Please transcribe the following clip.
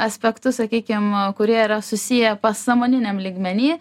aspektus sakykim kurie yra susiję pasąmoniniam lygmeny